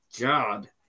God